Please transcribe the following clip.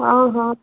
ହଉ ହଉ